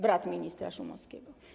Brat ministra Szumowskiego.